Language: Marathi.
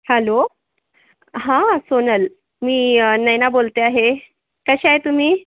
हॅलो हा सोनल मी नैना बोलते आहे कसे आहे तुम्ही